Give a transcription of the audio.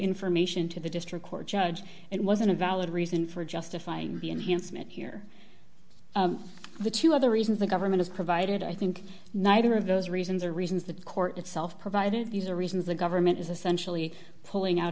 information to the district court judge it wasn't a valid reason for justifying being here here are the two other reasons the government has provided i think neither of those reasons or reasons the court itself provided these are reasons the government is essentially pulling out